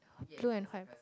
blue and white